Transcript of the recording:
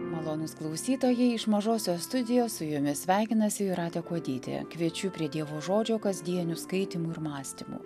malonūs klausytojai iš mažosios studijos su jumis sveikinasi jūratė kuodytė kviečiu prie dievo žodžio kasdienių skaitymų ir mąstymų